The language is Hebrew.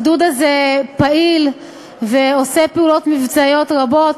הגדוד הזה פעיל ועושה פעולות מבצעיות רבות.